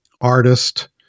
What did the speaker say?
artist-